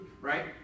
Right